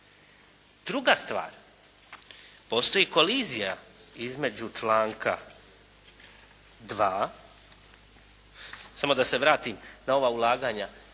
Druga stvar, postoji kolizija između članka 2. Samo da se vratim na ova ulaganja.